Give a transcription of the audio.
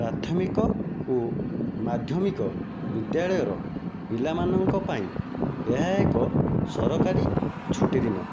ପ୍ରାଥମିକ ଓ ମାଧ୍ୟମିକ ବିଦ୍ୟାଳୟର ପିଲାମାନଙ୍କ ପାଇଁ ଏହା ଏକ ସରକାରୀ ଛୁଟିଦିନ